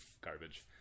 garbage